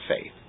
faith